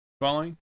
Following